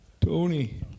Tony